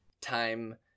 time